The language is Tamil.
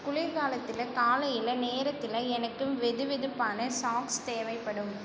குளிர்காலத்தில் காலையில் நேரத்தில் எனக்கு வெதுவெதுப்பான சாக்ஸ் தேவைப்படும்